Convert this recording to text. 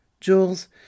Jules